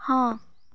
ହଁ